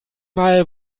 mal